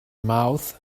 mouths